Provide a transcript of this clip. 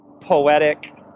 poetic